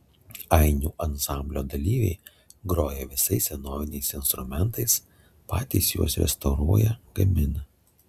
ainių ansamblio dalyviai groja visais senoviniais instrumentais patys juos restauruoja gamina